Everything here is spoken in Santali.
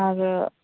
ᱟᱫᱚ